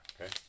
okay